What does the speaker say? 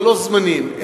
ולא זמנים,